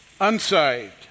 unsaved